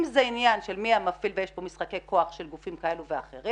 אם זה עניין של מי המפעיל ויש כאן משחקי כוח של גופים כאלה ואחרים,